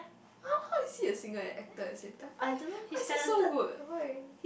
how how is he a singer and actor at the same time why why is he so good why